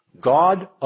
God